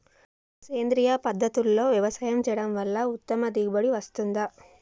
సేంద్రీయ పద్ధతుల్లో వ్యవసాయం చేయడం వల్ల ఉత్తమ దిగుబడి వస్తుందా?